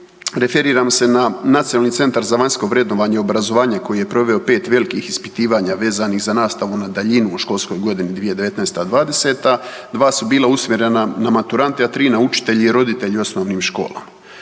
Referiram se na Nacionalni centar za vanjsko vrednovanje i obrazovanje koji je proveo 5 velikih ispitivanja vezanih za nastavu na daljinu u školskoj godini 2019/20. Dva su bila usmjerena na maturante, a 3 na učitelje i roditelje u osnovnim školama.